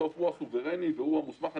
בסוף הוא סוברני והוא מוסמך.